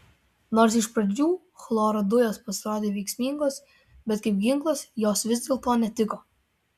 nors iš pradžių chloro dujos pasirodė veiksmingos bet kaip ginklas jos vis dėlto netiko